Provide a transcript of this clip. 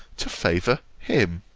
to favour him.